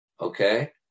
okay